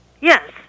Yes